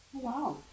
Wow